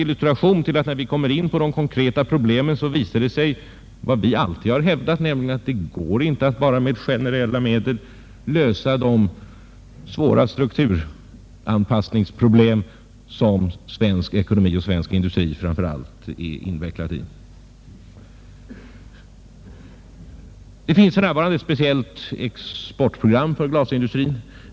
När vi som här kommer in på de konkreta problemen visar det sig — och det har vi alltid hävdat — att det inte går att bara med generella medel lösa de svåra strukturanpassningsproblem som svensk industri är invecklad i. Det finns för närvarande ett speciellt exportprogram för glasindustrin.